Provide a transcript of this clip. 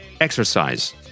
exercise